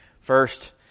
first